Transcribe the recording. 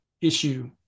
issue